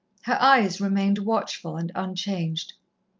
her eyes remained watchful and unchanged.